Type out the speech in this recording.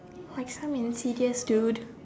why come and see this dude